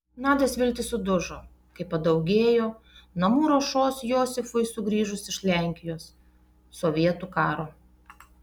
nadios viltys sudužo kai padaugėjo namų ruošos josifui sugrįžus iš lenkijos sovietų karo